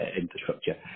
infrastructure